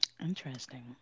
Interesting